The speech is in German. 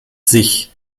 sich